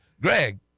greg